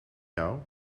jou